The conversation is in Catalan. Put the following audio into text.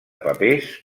papers